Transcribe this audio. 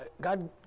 God